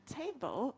table